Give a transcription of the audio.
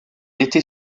était